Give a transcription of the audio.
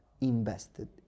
invested